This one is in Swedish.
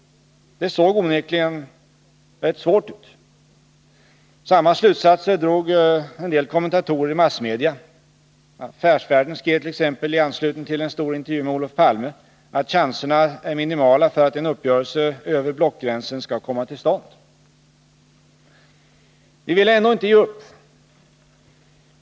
Det såg onekligen rätt svårt ut. Samma slutsatser drog många kommentatorer i massmedia. Affärsvärlden skrev t.ex. i anslutning till en stor intervju med Olof Palme att ”chanserna är minimala för att en uppgörelse över blockgränsen skall komma till stånd”. Vi ville ändå inte ge upp.